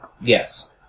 Yes